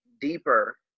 deeper